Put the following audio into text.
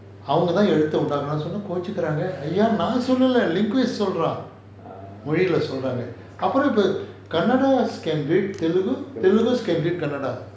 அவங்க தான் எழுத்து உண்டாக்குனாங்க சொன்னேன் கோச்சிக்கிறாங்க ஐயா நான் சொல்ல:avanga thaan ezhuthu undakunanga sonnaen kochikiranga aiyaa naan solla linguists சொல்றாங்க மொழில அப்புறம்:solranga mozhila appuram can read telugu க்கே telugus can read kannada